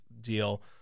deal